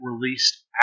released